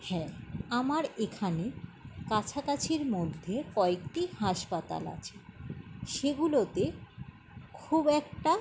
হ্যাঁ আমার এখানে কাছাকাছির মধ্যে কয়েকটি হাসপাতাল আছে সেগুলোতে খুব একটা